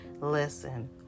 Listen